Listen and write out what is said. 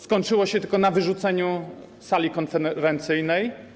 Skończyło się tylko na wyrzuceniu z sali konferencyjnej.